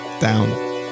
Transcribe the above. down